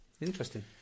interesting